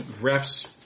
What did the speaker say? ref's